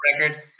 record